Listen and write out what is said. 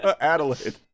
Adelaide